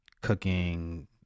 cooking